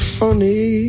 funny